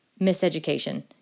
miseducation